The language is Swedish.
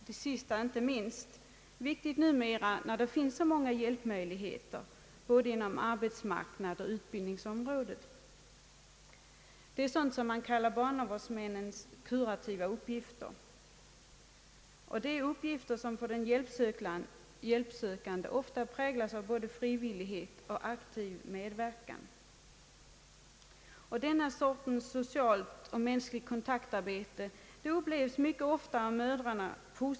Det är inte minst viktigt nu när det finns så många hjälpmöjligheter, både inom arbetsmarknaden och på utbildningsområdet. Det är sådant man kallar för barnavårdsmännens kurativa uppgifter. Det är uppgifter som från den hjälpsökandes sida ofta präglas av både frivillighet och aktiv medverkan. Det slaget av socialt och mänskligt kontaktarbete upplevs mycket ofta positivt av mödrarna.